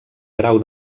grau